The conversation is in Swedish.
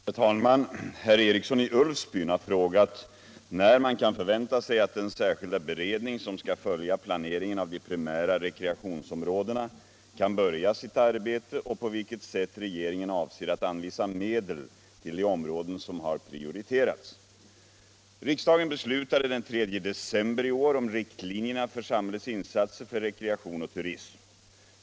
Herr talman! Herr Eriksson i Ulfsbyn har frågat när man kan förvänta sig att den särskilda beredning som skall följa planeringen av de primära rekreationsområdena kan börja sitt arbete och på vilket sätt regeringen avser att anvisa medel till de områden som har prioriterats. Riksdagen beslutade den 3 december i år om riktlinjerna för samhällets insatser för rekreation och turism.